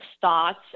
thoughts